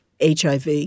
HIV